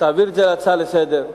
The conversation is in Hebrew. תעביר את זה להצעה לסדר,